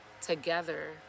together